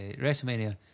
Wrestlemania